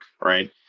right